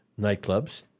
nightclubs